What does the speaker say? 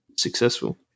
Successful